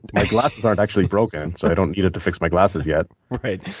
my glasses aren't actually broken. so i don't need it to fix my glasses yet. right.